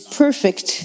perfect